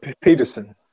Peterson